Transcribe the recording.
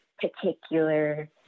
particular